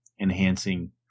enhancing